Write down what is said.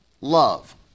love